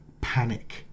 panic